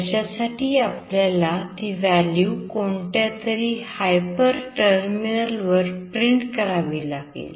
त्याच्यासाठी आपल्याला ती value कोणत्यातरी हायपर टर्मिनल वर प्रिंट करावी लागेल